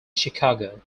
chicago